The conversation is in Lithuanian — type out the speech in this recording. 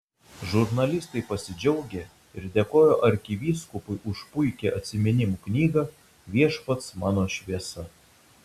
žurnalistai pasidžiaugė ir dėkojo arkivyskupui už puikią atsiminimų knygą viešpats mano šviesa